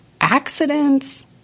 accidents